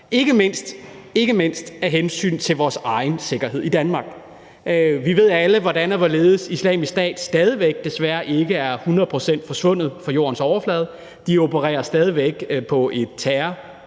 ikke mindst – af hensyn til vores egen sikkerhed i Danmark. Vi ved alle, hvordan og hvorledes Islamisk Stat desværre stadig væk ikke er hundrede procent forsvundet fra jordens overflade. De opererer stadig væk på et terrorniveau.